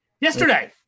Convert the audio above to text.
Yesterday